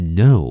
no